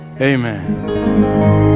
amen